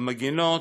המגינות